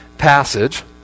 passage